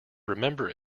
remember